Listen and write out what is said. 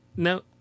No